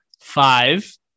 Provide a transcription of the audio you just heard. five